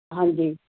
ਹਾਂਜੀ